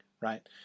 right